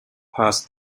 past